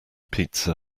pizza